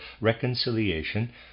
reconciliation